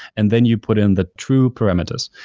and then you put in the true parameters.